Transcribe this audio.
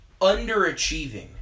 Underachieving